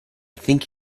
think